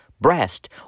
breast